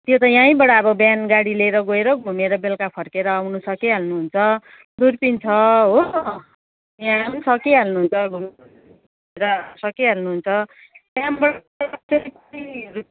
त्यो त यहीँबाट अब बिहान गाडी लिएर गएर घमेर बेलुका फर्केर आउनु सकिहाल्नुहुन्छ दुर्बिन छ हो त्यहाँ पनि सकिहाल्नुहुन्छो घुम्नु र सकिहाल्नुहुन्छ त्यहाँबाट कफेर